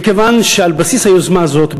מכיוון שעל בסיס היוזמה הזאת,